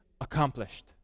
accomplished